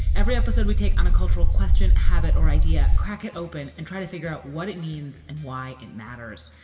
every episode we take on a cultural question, habit or idea. crack it open and try to figure out what it means and why it matters.